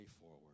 forward